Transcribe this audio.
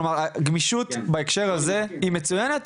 כלומר גמישות, בהקשר הזה, היא מצויינת.